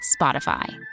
Spotify